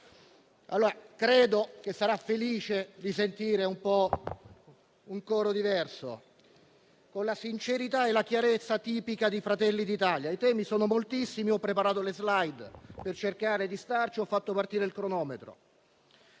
allora che sarà felice di sentire un coro un po' diverso, con la sincerità e la chiarezza tipica di Fratelli d'Italia. I temi sono moltissimi; ho preparato le *slide* per cercare di stare nei tempi e ho fatto partire il cronometro.